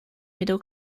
middle